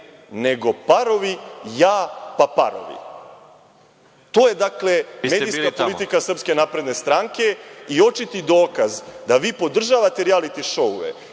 nego „Parovi“, ja, pa „Parovi“. To je, dakle, medijska politika Srpske napredne stranke i očiti dokaz da vi podržavate rijaliti šou